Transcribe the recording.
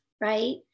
right